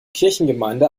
kirchengemeinde